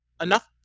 Enough